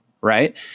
right